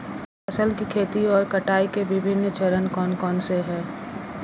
फसल की खेती और कटाई के विभिन्न चरण कौन कौनसे हैं?